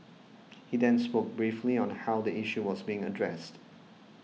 he then spoke briefly on how the issue was being addressed